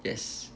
yes